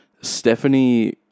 Stephanie